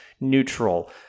neutral